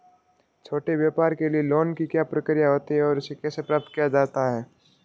छोटे व्यापार के लिए लोंन की क्या प्रक्रिया होती है और इसे कैसे प्राप्त किया जाता है?